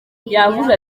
yavuze